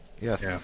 Yes